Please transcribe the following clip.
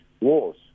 Wars